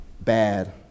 bad